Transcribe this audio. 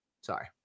Sorry